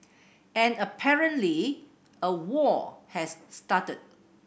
and apparently a war has started